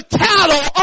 cattle